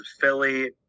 Philly